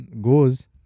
goes